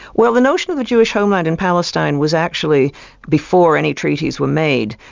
well the notion of the jewish homeland in palestine was actually before any treaties were made.